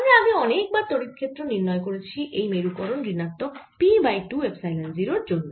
আমরা আগে অনেক বার তড়িৎ ক্ষেত্র নির্ণয় করেছি এই মেরুকরণ ঋণাত্মক P বাই 2 এপসাইলন 0 এর জন্য